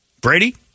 Brady